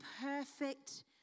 perfect